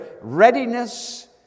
readiness